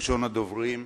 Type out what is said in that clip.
ראשון הדוברים,